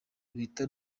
ruhita